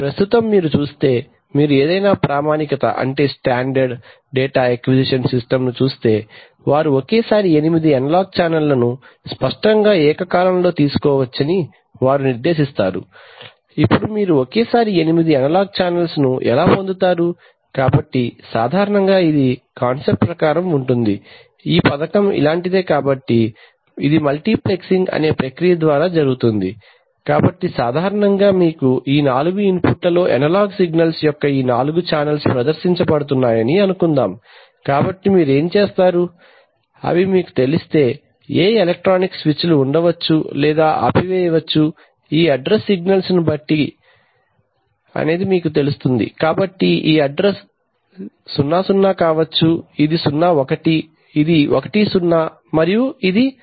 ప్రస్తుతం మీరు చూస్తే మీరు ఏదైనా ప్రామాణికత అంటే స్టాండర్డ్ డేటా అక్విసిషన్ సిస్టమ్స్ చూస్తే వారు ఒకేసారి ఎనిమిది అనలాగ్ ఛానెల్లను స్పష్టంగా ఏక కాలంలో తీసుకోవచ్చని వారు నిర్దేశిస్తారు ఇప్పుడు మీరు ఒకేసారి ఎనిమిది అనలాగ్ ఛానెల్ను ఎలా పొందుతారు కాబట్టి సాధారణంగా ఇది కాన్సెప్ట్ ప్రకారం ఉంటుంది ఈ పథకం ఇలాంటిదే కాబట్టి ఇది మల్టీప్లెక్సింగ్ అనే ప్రక్రియ ద్వారా జరుగుతుంది కాబట్టి సాధారణంగా మీకు ఈ నాలుగు ఇన్పుట్లలో అనలాగ్ సిగ్నల్స్ యొక్క ఈ నాలుగు ఛానల్స్ ప్రదర్శించబడుతున్నాయని అనుకుందాం కాబట్టి మీరు ఏమి చేస్తారు ఇవి మీకు తెలిస్తే ఏ ఎలక్ట్రానిక్ స్విచ్లు ఉంచవచ్చు లేదా ఆపివేయవచ్చు ఈ అడ్రెస్ సిగ్నల్స్ బట్టి కాబట్టి ఈ అడ్రెస్ 0 0 కావచ్చు ఇది 0 1 ఇది 1 0 మరియు ఇది 1 1